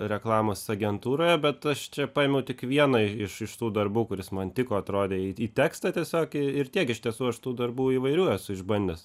reklamos agentūroje bet aš čia paėmiau tik vieną iš iš tų darbų kuris man tiko atrodė į į tekstą tiesiog i ir tiek iš tiesų aš tų darbų įvairių esu išbandęs